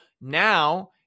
now